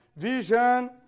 Vision